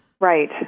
Right